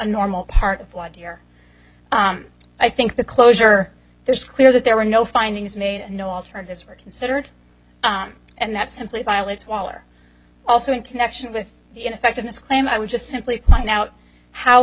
normal part of why dear i think the closure there is clear that there were no findings made no alternatives were considered and that simply violates woller also in connection with the ineffectiveness claim i would just simply find out how